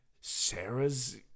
Sarah's